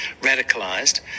radicalised